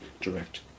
direct